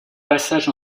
passage